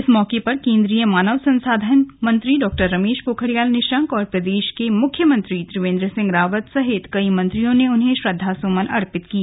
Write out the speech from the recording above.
इस मौके पर केंद्रीय मानव संसाधन मंत्री डॉ रमेश पोखरियाल निशंक और प्रदेश के मुख्यमंत्री त्रिवेंद्र सिंह रावत सहित कई मंत्रियों ने उन्हें श्रद्धासुमन अर्पित किए